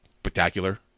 spectacular